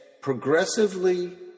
progressively